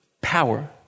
power